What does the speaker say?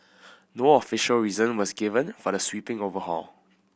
no official reason was given for the sweeping overhaul